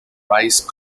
rice